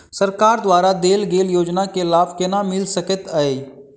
सरकार द्वारा देल गेल योजना केँ लाभ केना मिल सकेंत अई?